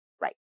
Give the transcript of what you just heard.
Right